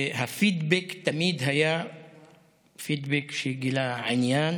הפידבק תמיד היה פידבק שגילה עניין